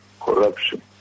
corruption